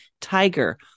tiger